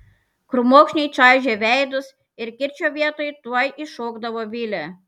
krūmokšniai čaižė veidus ir kirčio vietoj tuoj iššokdavo vilė